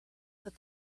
that